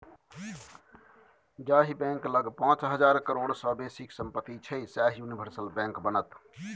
जाहि बैंक लग पाच हजार करोड़ सँ बेसीक सम्पति छै सैह यूनिवर्सल बैंक बनत